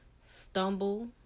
stumble